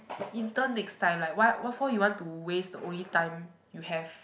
intern next time like why what for you want to waste the only time you have